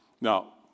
Now